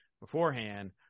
beforehand